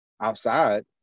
outside